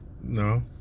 No